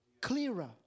clearer